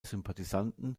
sympathisanten